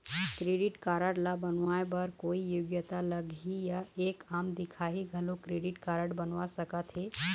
Credit card ला बनवाए बर कोई योग्यता लगही या एक आम दिखाही घलो क्रेडिट कारड बनवा सका थे?